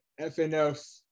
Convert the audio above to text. fnf